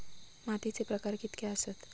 मातीचे प्रकार कितके आसत?